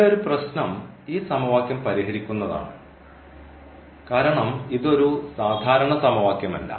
ഇവിടെ ഒരു പ്രശ്നം ഈ സമവാക്യം പരിഹരിക്കുന്നതാണ് കാരണം ഇത് ഒരു സാധാരണ സമവാക്യമല്ല